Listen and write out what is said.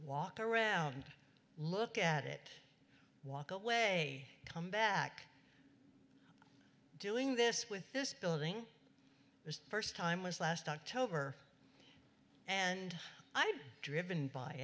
walk around look at it walk away come back doing this with this building the first time was last october and i've driven by